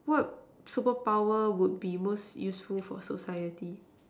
what superpower would be most useful for society